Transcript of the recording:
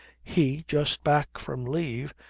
he, just back from leave,